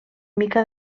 mica